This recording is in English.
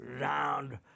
round